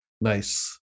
Nice